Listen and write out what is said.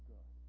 God